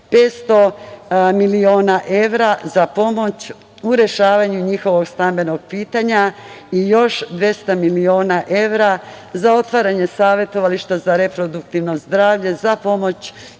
500 miliona evra za pomoć u rešavanju njihovog stambenog pitanja i još 200 miliona evra za otvaranje savetovališta za reproduktivno zdravlje za pomoć